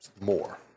more